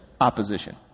opposition